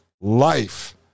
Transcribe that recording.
life